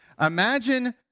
imagine